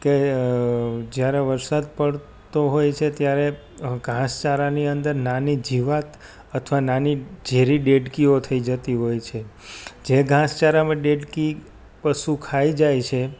કે જ્યારે વરસાદ પડતો હોય છે ત્યારે ધાસચારાની અંદર નાની જીવાત અથવા નાની ઝેરી દેડકીઓ થઈ જતી હોય છે જે ધાસ ચારામાં ડેડકી પશુ ખાઈ જાય છે